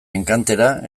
enkantera